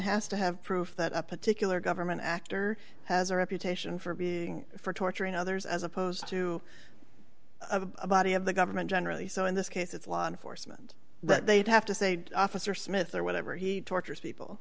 has to have proof that a particular government actor has a reputation for being for torturing others as opposed to a body of the government generally so in this case it's law enforcement that they'd have to say officer smith or whatever he tortures people